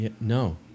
no